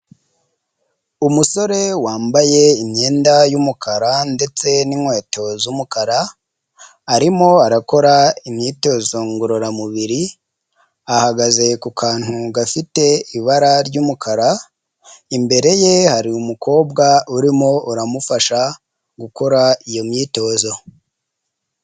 Umusore wambaye imyenda y'umukara ndetse n'inkweto z'umukara arimo arakora imyitozo ngororamubiri, ahagaze ku kantu gafite ibara ry'umukara, imbere ye hari umukobwa urimo uramufasha gukora iyo myitozo.